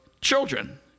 children